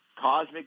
Cosmic